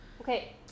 Okay